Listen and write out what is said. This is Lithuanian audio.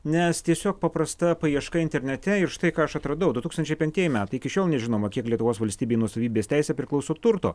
nes tiesiog paprasta paieška internete ir štai ką aš atradau du tūkstančiai penktieji metai iki šiol nežinoma kiek lietuvos valstybei nuosavybės teise priklauso turto